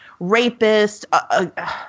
rapists